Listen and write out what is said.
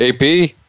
AP